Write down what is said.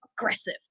aggressive